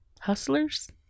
Hustlers